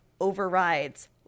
overrides